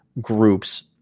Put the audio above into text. groups